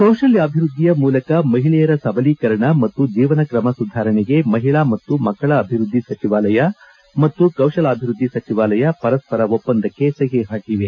ಕೌಶಲ್ಯಾಭಿವೃದ್ಧಿಯ ಮೂಲಕ ಮಹಿಳೆಯರ ಸಬಲೀಕರಣ ಮತ್ತು ಜೀವನ ಕ್ರಮ ಸುಧಾರಣೆಗೆ ಮಹಿಳಾ ಮತ್ತು ಮಕ್ಕಳ ಅಭಿವೃದ್ಧಿ ಸಚಿವಾಲಯ ಮತ್ತು ಕೌಶಲ್ಕಾಭಿವೃದ್ಧಿ ಸಚಿವಾಲಯ ಪರಸ್ಪರ ಒಪ್ಪಂದಕ್ಕೆ ಸಹಿ ಹಾಕಿದೆ